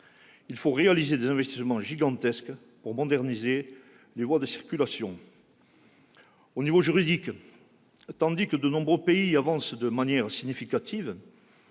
il faut réaliser des investissements gigantesques pour moderniser les voies de circulation. Sur le plan juridique, alors que de nombreux pays avancent de manière significative-